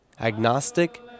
agnostic